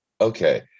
Okay